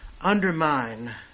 undermine